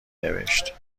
نوشت